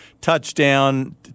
Touchdown